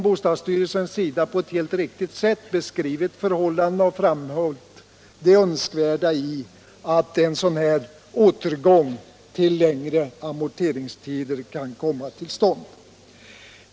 Bostadsstyrelsen har på ett helt riktigt sätt beskrivit förhållandena och framhållit det önskvärda i att en sådan här återgång till längre amorteringstider kan komma till stånd.